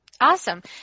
Awesome